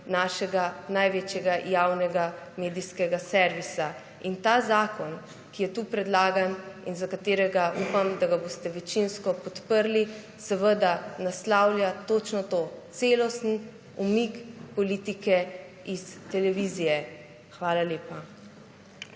našega največjega javnega medijskega servisa. Ta zakon, ki je tu predlagan in za katerega upam, da ga boste večinsko podprli, seveda naslavlja točno to, celostni umik politike iz televizije. Hvala lepa.